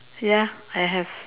ya I have